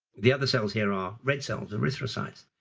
the other cells here are red cells, erythrocytes.